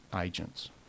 agents